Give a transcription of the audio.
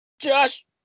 Josh